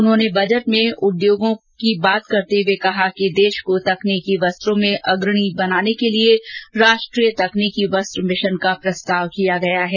उन्होंने बजट में उद्योगों की बात करते हुए कहा कि देश को तकनीकी वस्त्रों में अग्रणीय बनाने के लिए राष्ट्रीय तकनीकी वस्त्र मिशन का प्रस्ताव किया गया है